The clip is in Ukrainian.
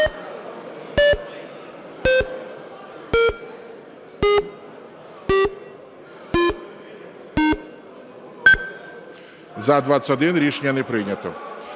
За-21 Рішення не прийнято.